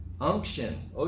Unction